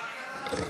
(קוראת בשמות חברי הכנסת)